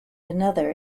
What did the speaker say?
another